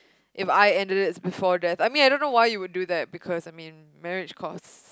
If I ended it before this I mean I don't know why you would do that because I mean marriage costs